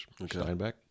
Steinbeck